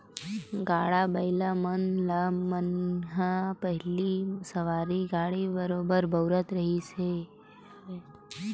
गाड़ा बइला ल मनखे मन ह पहिली सवारी गाड़ी बरोबर बउरत रिहिन हवय